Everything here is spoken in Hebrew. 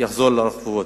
יחזור לרחובות.